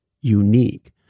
unique